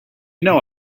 know